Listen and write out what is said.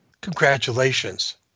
Congratulations